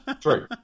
True